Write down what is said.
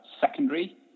secondary